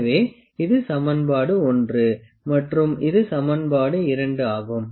எனவே இது சமன்பாடு 1 மற்றும் இது சமன்பாடு 2 ஆகும்